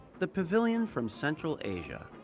the pavilion from central asia.